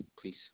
please